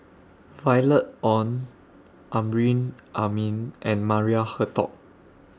Violet Oon Amrin Amin and Maria Hertogh